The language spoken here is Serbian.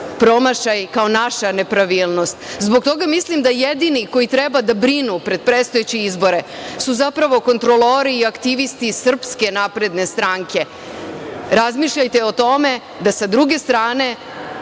promašaj, kao naša nepravilnost. Zbog toga mislim da jedini koji treba da brinu pred predstojeće izbore su zapravo kontrolori i aktivisti SNS. Razmišljajte o tome da sa druge strane